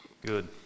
good